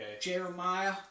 Jeremiah